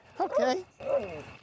okay